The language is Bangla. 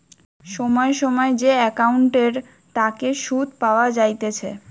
সময় সময় যে একাউন্টের তাকে সুধ পাওয়া যাইতেছে